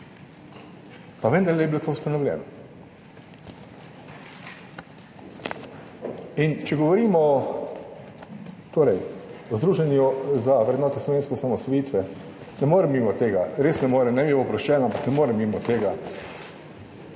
pa vendarle je bilo to ustanovljeno. In če torej govorimo o Združenju za vrednote slovenske osamosvojitve, ne morem mimo tega, res ne morem, naj mi bo oproščeno, ampak ne morem mimo tega,